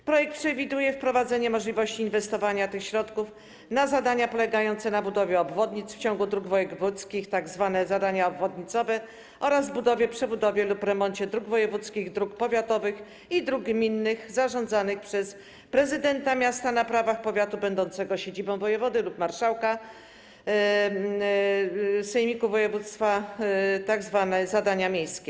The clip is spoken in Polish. W projekcie ustawy przewiduje się wprowadzenie możliwości inwestowania tych środków z przeznaczeniem na zadania polegające na budowie obwodnic w ciągu dróg wojewódzkich, tzw. zadania obwodnicowe, oraz budowie, przebudowie lub remoncie dróg wojewódzkich, dróg powiatowych i dróg gminnych zarządzanych przez prezydenta miasta na prawach powiatu będącego siedzibą wojewody lub marszałka sejmiku województwa, tzw. zadania miejskie.